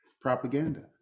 propaganda